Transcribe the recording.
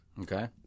Okay